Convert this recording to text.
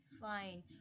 fine